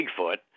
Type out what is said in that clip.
Bigfoot